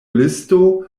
listo